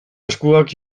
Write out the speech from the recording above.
eskuak